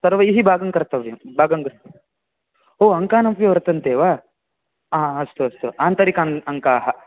सर्वैः भागं कर्तव्यं भागं कर्तुं हो अङ्कानमपि वर्तन्ते वा हा अस्तु अस्तु अन्तरिकन् अङ्काः